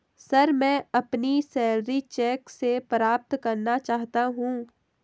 sir, मैं अपनी salary cheque से प्राप्त करना चाहता हूं